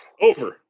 Over